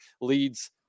leads